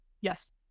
yes